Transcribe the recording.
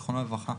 זיכרונה לברכה.